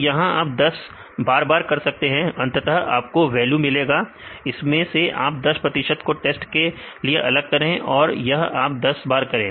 तो यह आप 10 बार कर सकते हैं अंततः आपको वैल्यू मिलेगा इसमें से आप 10 प्रतिशत को टेस्ट के लिए अलग कर और यह आप 10 बार करे